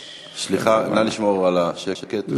סליחה, נא לשמור על השקט.